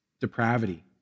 depravity